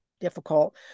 difficult